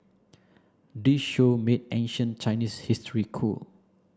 this show made ancient Chinese history cool